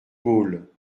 gaulle